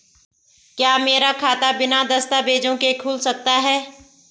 क्या मेरा खाता बिना दस्तावेज़ों के खुल सकता है?